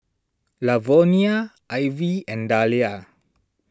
Lavonia Ivey and Dalia